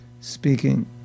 speaking